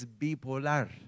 bipolar